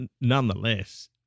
nonetheless